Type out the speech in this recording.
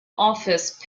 office